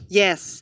yes